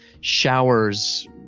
Showers